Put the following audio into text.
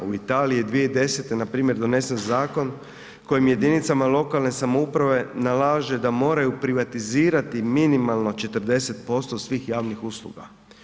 U Italiji je 2010. npr. donesen zakon kojim jedinicama lokalne samouprave nalaže da moraju privatizirati minimalno 40% svih javnih usluga.